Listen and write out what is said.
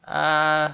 err